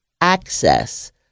access